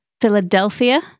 Philadelphia